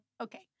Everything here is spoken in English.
okay